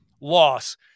loss